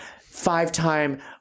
five-time